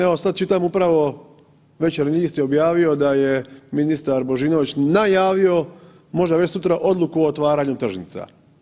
Evo sad čitam upravo „Večernji list“ je objavio da je ministar Božinović najavio, možda već sutra, odluku o otvaranju tržnica.